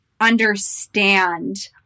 understand